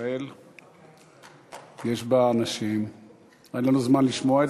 ישראל יש בה אנשים ואין לנו זמן לשמוע את